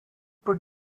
was